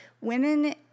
women